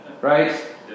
right